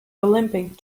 olympic